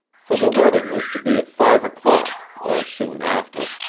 for the wedding was to be at five o'clock, or soon after,